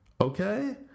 Okay